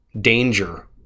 danger